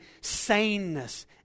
saneness